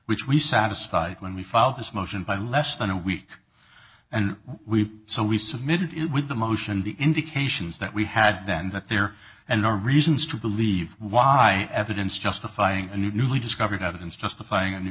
which we satisfy when we filed this motion by less than a week and we so we submitted it with the motion the indications that we had then that there and our reasons to believe why evidence justifying a newly discovered evidence justifying a new